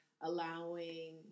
allowing